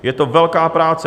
Je to velká práce.